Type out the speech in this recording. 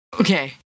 Okay